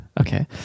Okay